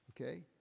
Okay